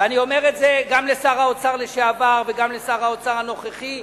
ואני אומר את זה גם לשר האוצר לשעבר וגם לשר האוצר הנוכחי,